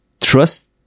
trust